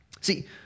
See